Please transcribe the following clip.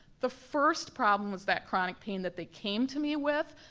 the first problem was that chronic pain that they came to me with.